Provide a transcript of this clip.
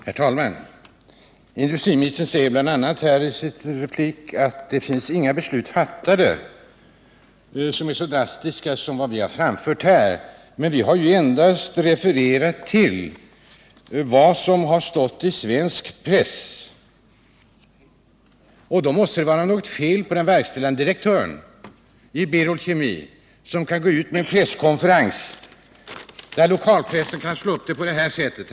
Herr talman! Industriministern säger bl.a. i sin replik att det inte finns några beslut fattade som är så drastiska som vi sagt att de är. Men vi har ju endast refererat till vad som har stått i svensk press. Då måste det vara något fel på verkställande direktören i Berol Kemi som kan delge en presskonferens uppgifter som lokalpressen kan slå upp på detta sätt.